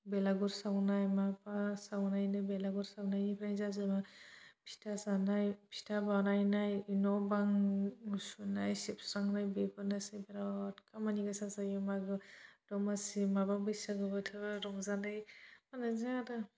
बेलागुर सावनाय माबा सावनायनि बेलागुर सावनायनिफ्राय जाजेनना फिथा जानाय फिथा बानायनाय न' बां सुनाय सिबस्रांनाय बेफोरनोसै बिराथ खामानि मोजां जायो मागो दमासि माबा बैसागु बोथोराव रंजानाय बेनोसै आरो